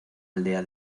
aldea